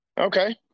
Okay